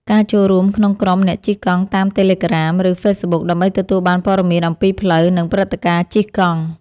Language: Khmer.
ការចូលរួមក្នុងក្រុមអ្នកជិះកង់តាមតេឡេក្រាម ឬហ្វេសប៊ុក ដើម្បីទទួលបានព័ត៌មានអំពីផ្លូវ និងព្រឹត្តិការណ៍ជិះកង់។